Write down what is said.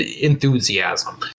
enthusiasm